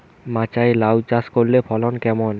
মাচায় লাউ চাষ করলে ফলন কেমন?